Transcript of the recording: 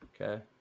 Okay